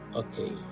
okay